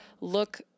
look